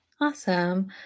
Awesome